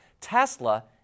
Tesla